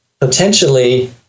potentially